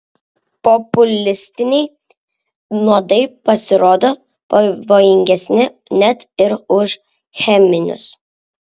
populistiniai nuodai pasirodo pavojingesni net ir už cheminius